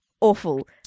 awful